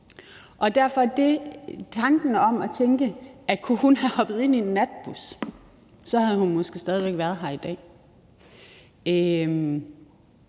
og derfor kan man få tanken om, at kunne hun have hoppet ind i en natbus, havde hun måske stadig væk været her i dag. Det